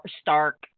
Stark